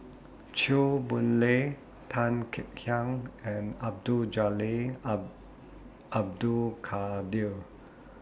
Chew Boon Lay Tan Kek Hiang and Abdul Jalil Abdul Kadir